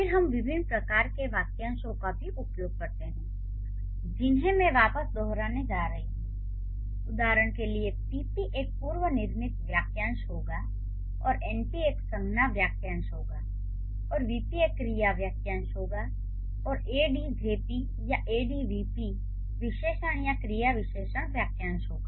फिर हम विभिन्न प्रकार के वाक्यांशों का भी उपयोग करते हैं जिन्हें मैं वापस दोहराने जा रहा हूं उदाहरण के लिए PP एक पूर्वनिर्मित वाक्यांश होगा और NP एक संज्ञा वाक्यांश होगा और VP एक क्रिया वाक्यांश होगा और AdjP या AdvP विशेषण या क्रिया विशेषण वाक्यांश होगा